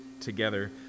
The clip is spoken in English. together